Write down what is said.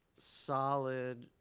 solid,